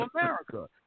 America